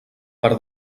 per